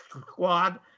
Squad